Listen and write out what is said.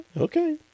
Okay